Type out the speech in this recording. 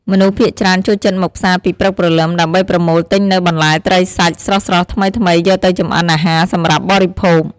មនុស្សភាគច្រើនចូលចិត្តមកផ្សារពីព្រឹកព្រលឹមដើម្បីប្រមូលទិញនូវបន្លែ ត្រី សាច់ ស្រស់ៗថ្មីៗយកទៅចម្អិនអាហារសម្រាប់បរិភោគ។